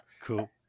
Cool